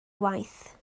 waith